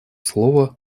слово